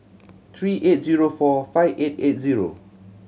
three eight zero four five eight eight zero